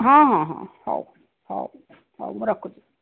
ହଁ ହଁ ହଁ ହଉ ହଉ ହଉ ମୁଁ ରଖୁଛି